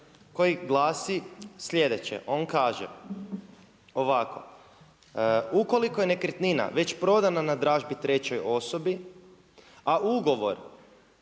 koji glasi sljedeće. On kaže ovako. Ukoliko je nekretnina već prodana na dražbi trećoj osobi a ugovor,